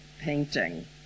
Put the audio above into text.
painting